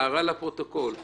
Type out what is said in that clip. הערה קצרה לפרוטוקול.